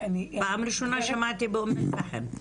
פעם ראשונה שמעתי באום אל-פחם.